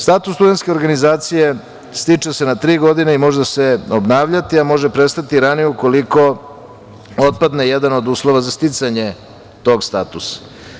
Status studentske organizacije se stiče na tri godine i može se obnavljati, a može prestati ranije ukoliko otpadne jedan od uslova za sticanje tog statusa.